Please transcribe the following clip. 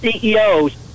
CEOs